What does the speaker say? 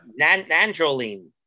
Nandrolene